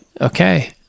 okay